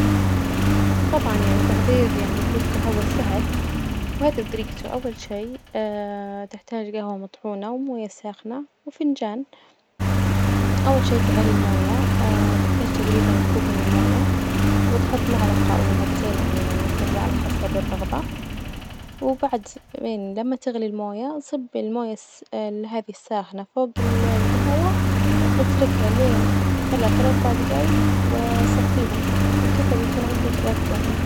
طبعا يعني تحضير يعني كوب جهوة سهل، وهذي طريجته أول شي تحتاج جهوة مطحونة وموية ساخنة وفنجان، أول شي تغلي الموية تحتاج تجريبا كوب من الموية وتحط معلقة أو ملعجتين يعني من الجهوة على حسب الرغبة، وبعد لما تغلي الموية صبي الموية الس- هذي الساخنة فوج الجهوة وإتركها لين ثلاثة لأربع دجايج وصفيها، وكذا بيكون عندك ألذ جهوة.